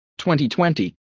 2020